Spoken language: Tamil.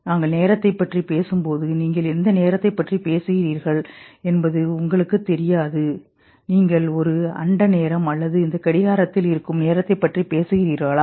நாங்கள் நேரத்தைப் பற்றி பேசும்போது நீங்கள் எந்த நேரத்தைப் பற்றி பேசுகிறீர்கள் என்பது உங்களுக்குத் தெரியாது நீங்கள் ஒரு அண்ட நேரம் அல்லது இந்த கடிகாரத்தில் இருக்கும் நேரத்தைப் பற்றி பேசுகிறீர்களா